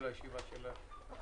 הישיבה ננעלה בשעה 12:25.